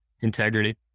Integrity